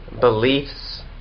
beliefs